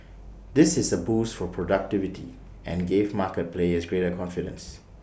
this is A boost for productivity and gave market players greater confidence